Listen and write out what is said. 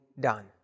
done